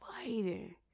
fighting